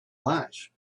flash